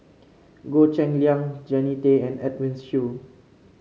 Goh Cheng Liang Jannie Tay and Edwin Siew